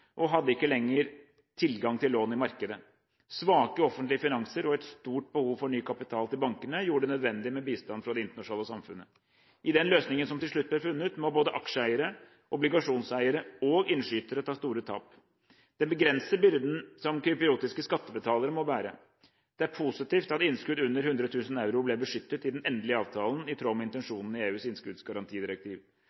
og hadde ikke lenger tilgang til lån i markedet. Svake offentlige finanser og stort behov for ny kapital til bankene gjorde det nødvendig med bistand fra det internasjonale samfunnet. I den løsningen som til slutt ble funnet, må både aksjeeiere, obligasjonseiere og innskytere ta store tap. Det begrenser byrden som kypriotiske skattebetalere må bære. Det er positivt at innskudd under 100 000 euro ble beskyttet i den endelige avtalen i tråd med